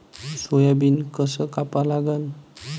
Soybean कस कापा लागन?